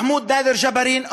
מחמוד נאדר ג'בארין,